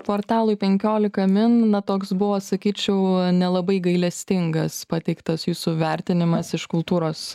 portalui penkiolika min na toks buvo sakyčiau nelabai gailestingas pateiktas jūsų vertinimas iš kultūros